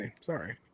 Sorry